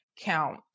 count